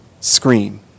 scream